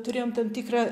turėjom tam tikrą